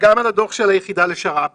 ודוח על היחידה לשר"פ